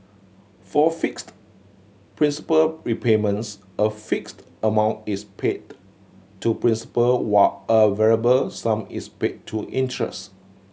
for fixed principal repayments a fixed amount is paid to principal while a variable sum is paid to interest